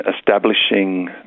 establishing